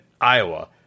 Iowa